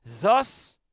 Thus